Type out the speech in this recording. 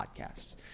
podcasts